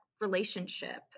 relationship